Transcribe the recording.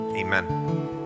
Amen